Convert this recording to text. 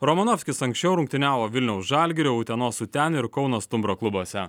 romanovskis anksčiau rungtyniavo vilniaus žalgirio utenos uten ir kauno stumbro klubuose